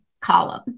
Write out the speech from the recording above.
column